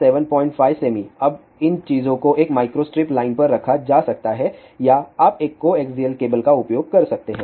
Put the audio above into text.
75 सेमी अब इन चीजों को एक माइक्रोस्ट्रिप लाइन पर रखा जा सकता है या आप एक कोएक्सिअल केबल का उपयोग कर सकते हैं